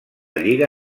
lliga